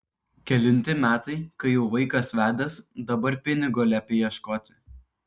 kelinti metai kai jau vaikas vedęs dabar pinigo liepi ieškoti